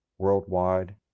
worldwide